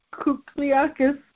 Kukliakis